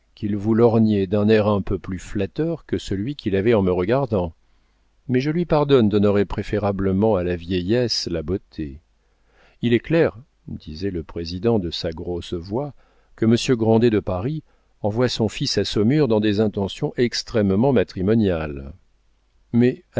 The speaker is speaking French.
vous lorgnait d'un air un peu plus flatteur que celui qu'il avait en me regardant mais je lui pardonne d'honorer préférablement à la vieillesse la beauté il est clair disait le président de sa grosse voix que monsieur grandet de paris envoie son fils à saumur dans des intentions extrêmement matrimoniales mais